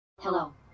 hello